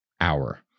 hour